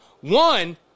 One